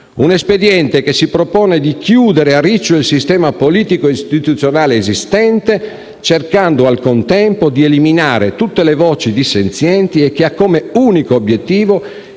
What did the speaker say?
Un espediente che si propone di chiudere a riccio il sistema politico-istituzionale esistente, cercando al contempo di eliminare tutte le voci dissenzienti e che ha come unico obiettivo